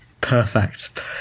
perfect